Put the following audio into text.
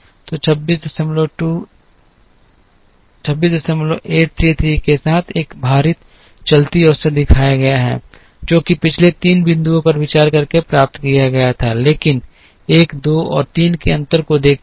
तो 26833 के साथ एक भारित चलती औसत दिखाया गया है जो कि पिछले 3 बिंदुओं पर विचार करके प्राप्त किया गया था लेकिन 1 2 और 3 के अंतर को देखते हुए